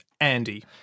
Andy